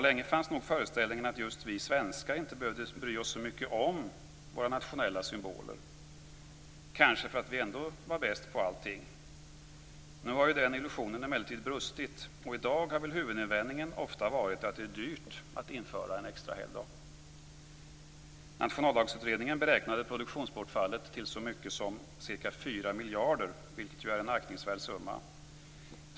Länge fanns nog föreställningen att just vi svenskar inte behövde bry oss så mycket om våra nationella symboler, kanske för att vi ändå var bäst på allting. Den illusionen har nu emellertid brustit, och huvudinvändningen har ofta varit att det är dyrt att införa en extra helgdag. Nationaldagsutredningen beräknade produktionsbortfallet till så mycket som ca 4 miljarder, vilket ju är en aktningsvärd summa.